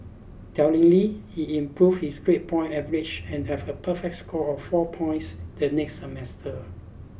tellingly he improved his grade point average and had a perfect score of four points the next semester